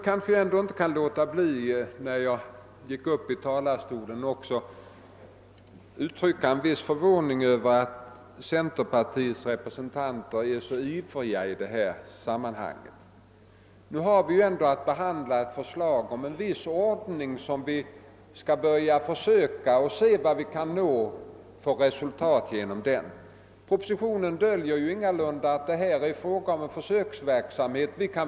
När jag ändå gått upp i talarstolen kan jag inte underlåta att undertrycka en viss förvåning över att centerpartiets representanter är så ivriga i detta sammanhang. Här har riksdagen ändå att behandla ett förslag om en viss ordning som vi vill börja tillämpa för att se vilka resultat som kan nås. Propositionen döljer ju ingalunda att det är fråga om försöksverksamhet.